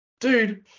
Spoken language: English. dude